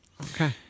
Okay